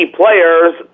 players